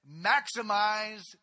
maximize